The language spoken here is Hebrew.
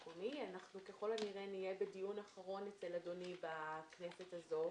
ככל הנראה נהיה בדיון אחרון אצל אדוני בכנסת הזאת.